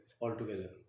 altogether